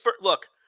look